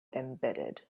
embedded